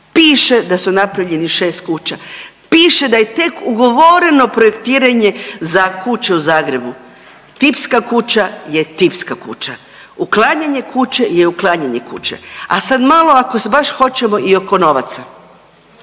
piše da su napravljeni šest kuća, piše da je tek ugovoreno projektiranje za kuće u Zagrebu. Tipska kuća je tipska kuća, uklanjanje kuće je uklanjanje kuće. A sad malo ako baš hoćemo i oko novaca.